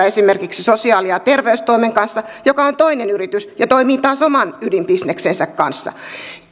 esimerkiksi sosiaali ja terveystoimen kanssa joka on toinen yritys ja toimii taas oman ydinbisneksensä kanssa